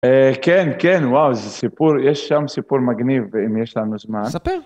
כן, כן, וואו, זה סיפור, יש שם סיפור מגניב, אם יש לנו זמן. ספר.